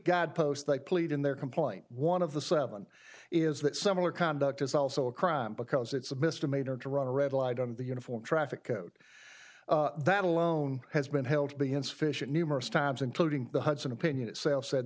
god post that plead in their complaint one of the seven is that similar conduct is also a crime because it's a misdemeanor to run a red light on the uniform traffic that alone has been held to be insufficient numerous times including the hudson opinion itself said